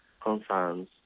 concerns